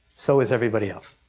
so is everybody else.